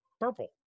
purple